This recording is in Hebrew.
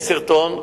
יש סרטון,